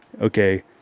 okay